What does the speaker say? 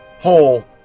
whole